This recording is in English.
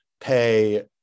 pay